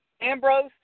Ambrose